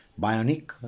Bionic